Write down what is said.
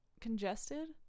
congested